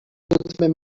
لطفا